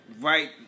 right